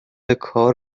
کار